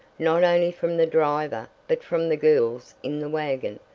not only from the driver but from the girls in the wagon.